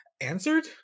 answered